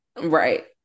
Right